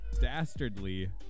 Dastardly